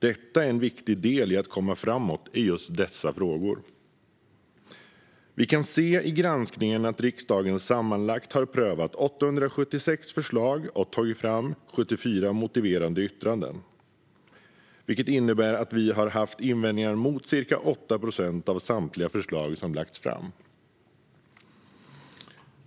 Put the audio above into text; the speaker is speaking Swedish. Detta är en viktig del i att komma framåt i dessa frågor. Vi kan se i granskningen att riksdagen sammanlagt har prövat 876 förslag och tagit fram 74 motiverande yttranden, vilket innebär att vi har haft invändningar mot 8 procent av samtliga förslag som lagts fram.